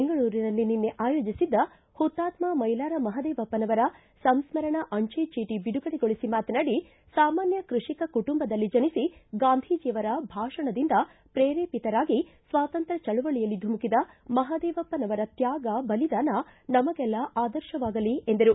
ಬೆಂಗಳೂರಿನಲ್ಲಿ ನಿನ್ನೆ ಆಯೋಜಿಸಿದ್ದ ಹುತಾತ್ಮ ಮೈಲಾರ ಮಹದೇವಪ್ಪನವರ ಸಂಸ್ಕರಣ ಅಂಚೆ ಚೀಟ ಬಿಡುಗಡೆಗೊಳಿಸಿ ಮಾತನಾಡಿ ಸಾಮಾನ್ಹ ಕೃಷಿಕ ಕುಟುಂಬದಲ್ಲಿ ಜನಿಸಿ ಗಾಂಧೀಜಿಯವರ ಭಾಷಣದಿಂದ ಪ್ರೇರೆಪಿತರಾಗಿ ಸ್ವಾತಂತ್ರ್ತ ಚಳವಳಿಯಲ್ಲಿ ಧುಮುಕಿದ ಮಹದೇವಪ್ಪನವರ ತ್ಯಾಗ ಬಲಿದಾನ ನಮಗೆಲ್ಲ ಆದರ್ಶವಾಗಲಿ ಎಂದರು